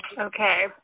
Okay